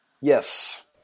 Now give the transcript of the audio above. Yes